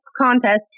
contest